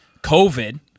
COVID-